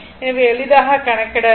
எனவே எளிதாக கணக்கிடலாம்